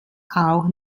auch